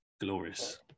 glorious